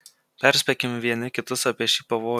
perspėkim vieni kitus apie šį pavojų